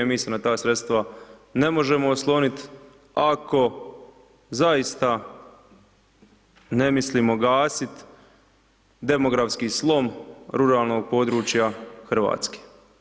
Mi se na ta sredstva ne možemo osloniti ako zaista ne mislimo gasiti demografski slom ruralnog područja Hrvatske.